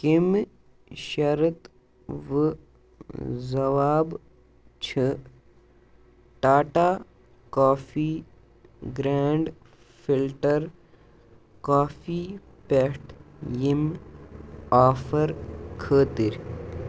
کَمہِ شرط و ضواب چھِ Tata coffee grand filter coffee پٮ۪ٹھ ییٚمہِ آفر خٲطر